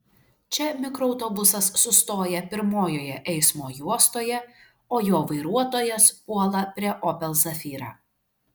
čia mikroautobusas sustoja pirmojoje eismo juostoje o jo vairuotojas puola prie opel zafira